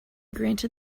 granted